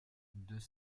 deux